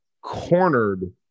cornered